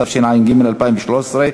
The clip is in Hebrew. התשע"ג 2013,